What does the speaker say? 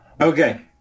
Okay